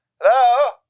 Hello